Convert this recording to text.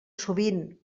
sovint